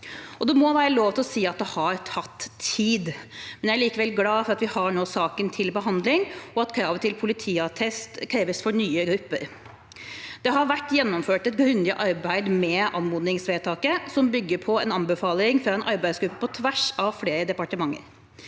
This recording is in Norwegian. Det må være lov til å si at det har tatt tid. Jeg er likevel glad for at vi nå har saken til behandling, og at politiattest kreves for nye grupper. Det har vært gjennomført et grundig arbeid med anmodningsvedtaket, som bygger på en anbefaling fra en arbeidsgruppe på tvers av flere departementer.